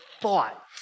thought